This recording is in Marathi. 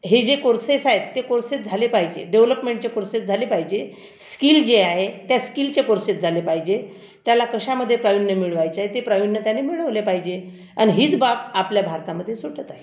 हे जे कोर्सेस आहेत ते कोर्सेस झाले पाहिजे डेवोलोपमेंटचे कोर्सेस झाले पाहिजे स्किल जे आहे त्या स्किलचे कोर्सेस झाले पाहिजे त्याला कशामध्ये प्रावीण्य मिळवायचे आहे ते प्रावीण्य त्यानी मिळवले पाहिजे आणि हीच बाब आपल्या भारतामध्ये सुटत आहे